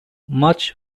maç